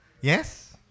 Yes